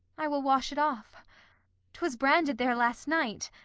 i will wash it off twas branded there last night,